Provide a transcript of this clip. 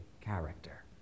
character